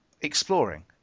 exploring